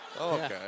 Okay